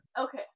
Okay